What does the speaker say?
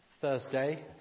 Thursday